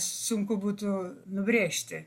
sunku būtų nubrėžti